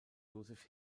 josef